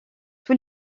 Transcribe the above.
tous